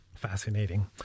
fascinating